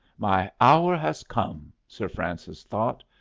my hour has come, sir francis thought.